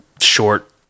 short